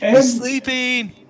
sleeping